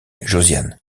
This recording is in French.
josiane